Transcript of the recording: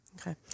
Okay